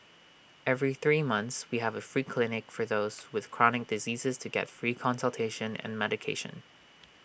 every three months we have A free clinic for those with chronic diseases to get free consultation and medication